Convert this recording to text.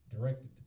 directed